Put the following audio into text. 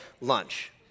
lunch